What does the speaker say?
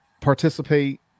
participate